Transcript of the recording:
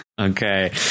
okay